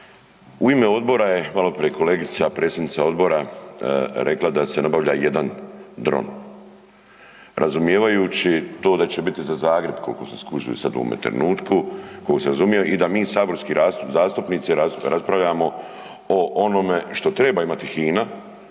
U ime odbora je maloprije kolegica predsjednica odbora rekla da se nabavlja 1 dron, razumijevajući to da će biti za Zagreb koliko sam skužio sad u ovome trenutku i da mi saborski zastupnici raspravljamo o onome što treba imati HINA